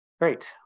Great